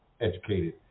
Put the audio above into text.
educated